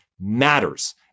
matters